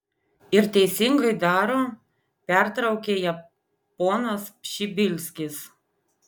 ir teisingai daro pertraukė ją ponas pšibilskis